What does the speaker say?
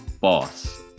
boss